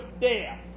death